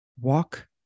Walk